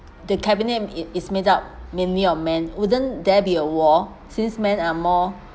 the cabinet it is made up mainly of men wouldn't there be a war since men are more